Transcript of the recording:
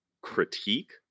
critique